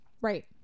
right